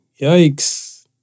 Yikes